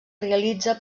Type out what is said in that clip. realitza